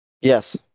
Yes